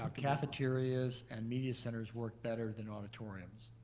um cafeterias and media centers work better than auditoriums.